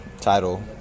title